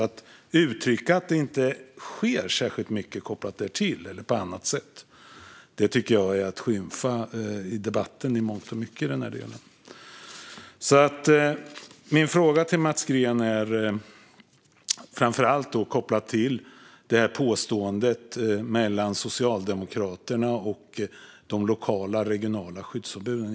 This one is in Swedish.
Att uttrycka att det inte sker särskilt mycket kopplat till detta eller på annat sätt tycker jag är att skymfa i debatten. Min fråga till Mats Green gäller framför allt påståendet om en koppling mellan Socialdemokraterna och de lokala regionala skyddsombuden.